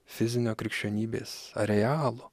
fizinio krikščionybės arealo